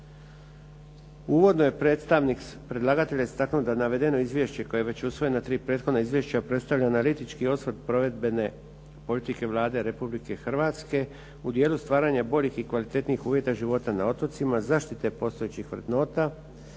Uvodno je predstavnik predlagatelja istaknuo da navedeno izvješće koje je već usvojeno tri prethodna izvješća predstavlja analitički osvrt provedbene politike Vlade Republike Hrvatske u dijelu stvaranja boljih i kvalitetnijih uvjeta života na otocima zaštite postojećih vrednota